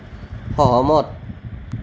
সহমত